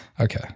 okay